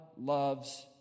loves